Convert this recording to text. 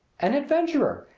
an adventurer!